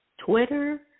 Twitter